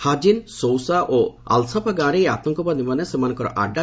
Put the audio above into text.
Hajin Sousa ଓ Al Safa ଗାଁରେ ଏହି ଆତଙ୍କବାଦୀମାନେ ସେମାନଙ୍କର ଆଡ଼ୁ